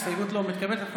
ההסתייגות לא מתקבלת.